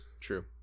True